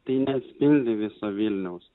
tai neatspindi viso vilniaus